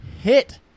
hit